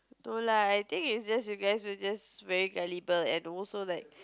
no lah I think is just you guys you just very gullible and also like